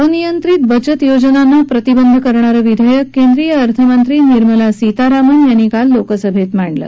अनियंत्रित बचत योजनांना प्रतिबंध करणारं विधेयक केंद्रीय अर्थमंत्री निर्मला सीतारमन यांनी काल लोकसभेत मांडलं